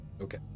okay